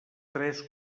tres